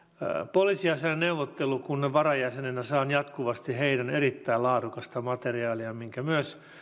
poliisiasiain neuvottelukunnan varajäsenenä saan jatkuvasti heidän erittäin laadukasta materiaaliaan minkä myös